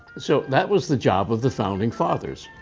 so that was the job of the founding fathers.